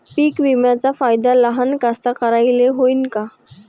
पीक विम्याचा फायदा लहान कास्तकाराइले होईन का?